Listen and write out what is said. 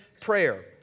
prayer